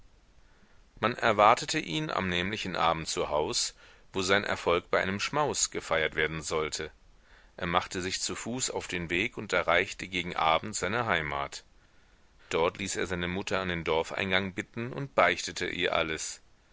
man erwartete ihn am nämlichen abend zu haus wo sein erfolg bei einem schmaus gefeiert werden sollte er machte sich zu fuß auf den weg und erreichte gegen abend seine heimat dort ließ er seine mutter an den dorfeingang bitten und beichtete ihr alles